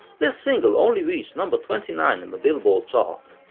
this single only reached number twenty nine in the billboard chart,